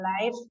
life